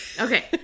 Okay